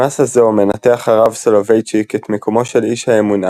במסה זו מנתח הרב סולוביצ'יק את מקומו של איש האמונה